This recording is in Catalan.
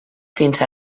fins